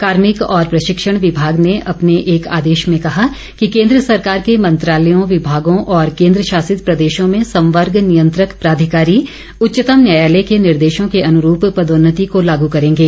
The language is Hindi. कार्मिक और प्रशिक्षण विभाग ने अपने एक आदेश में कहा कि केन्द्र सरकार के मंत्रालयों विभागों और केन्द्र शासित प्रदेशों में संवर्ग नियंत्रक प्राधिकारी उच्चतम न्यायालय के निर्देशों के अनुरूप पदोन्नति को लागू करेंगे